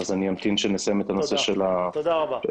אני אמתין עם הנושא של הפטירה.